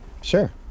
Sure